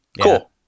cool